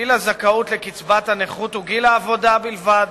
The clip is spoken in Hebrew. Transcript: גיל הזכאות לקצבת הנכות הוא גיל העבודה בלבד,